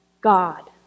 god